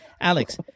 Alex